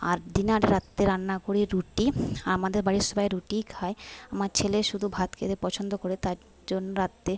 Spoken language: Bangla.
আর ডিনার রাত্রে রান্না করি রুটি আমাদের বাড়ির সবাই রুটিই খায় আমার ছেলে শুধু ভাত খেতে পছন্দ করে তার জন্য রাত্রে